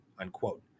unquote